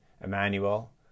Emmanuel